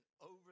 over